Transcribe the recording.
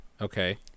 Okay